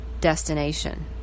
destination